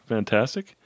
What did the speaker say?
Fantastic